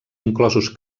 inclosos